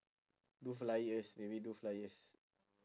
do flyers maybe do flyers